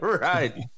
right